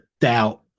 doubt